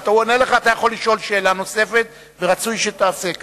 אתה יכול לשאול שאלה נוספת, ורצוי שתעשה כך.